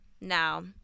now